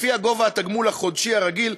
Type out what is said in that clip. לפי גובה התגמול החודשי הרגיל,